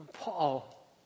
Paul